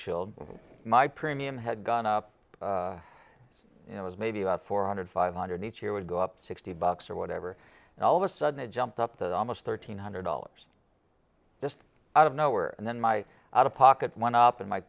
shield my premium had gone up it was maybe about four hundred five hundred each year would go up sixty bucks or whatever and all of a sudden it jumped up that almost thirteen hundred dollars just out of nowhere and then my out of pocket went up and my